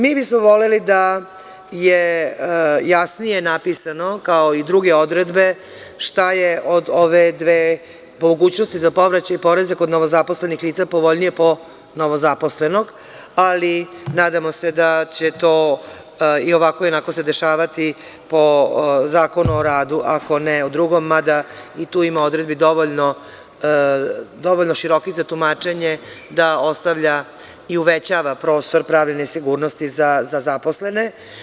Mi bi smo voleli da je jasnije napisano, kao i druge odredbe, šta je od ove dve mogućnosti za povraćaj poreza kod novozaposlenih lica povoljnije po novozaposlenog, ali nadamo se da će to i ovako i onako se dešavati po Zakonu o radu, ako ne o drugom, mada i tu ima odredbi dovoljno širokih za tumačenje, da ostavlja i uvećava prostor pravne sigurnosti za zaposlene.